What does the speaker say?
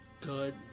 good